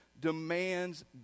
demands